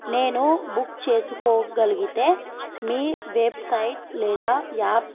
నేను బుక్ చేసుకోగలిగితే మీ వెబ్సైట్ లేదా యాప్